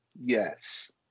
Yes